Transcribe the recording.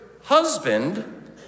husband